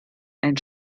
ein